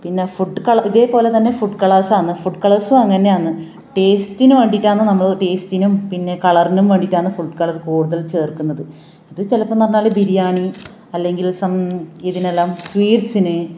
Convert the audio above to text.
പിന്നെ food colour ഇതേപോലെ തന്നെ ഫുഡ് കളേഴ്സ് ആണ് ഫുഡ് കളേഴ്സും അങ്ങനെയാണ് ടേസ്റ്റിന് വേണ്ടിയിട്ടാണ് നമ്മൾ ടേസ്റ്റിനും പിന്നെ കളറിനും വേണ്ടിയിട്ടാണ് ഫുഡ് കളര് കൂടുതല് ചേര്ക്കുന്നത് അത് ചിലപ്പം എന്ന് പറഞ്ഞാൽ ബിരിയാണി അല്ലെങ്കില് സം ഇതിനെല്ലാം സ്വീറ്റ്സിന്